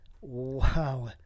Wow